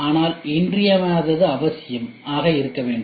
ஆனால் இன்றியமையாதது அவசியம் இருக்க வேண்டும்